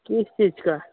किस चीज़ का